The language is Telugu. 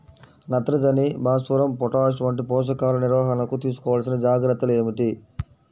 నత్రజని, భాస్వరం, పొటాష్ వంటి పోషకాల నిర్వహణకు తీసుకోవలసిన జాగ్రత్తలు ఏమిటీ?